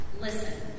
Listen